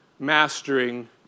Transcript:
mastering